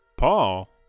Paul